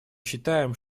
считаем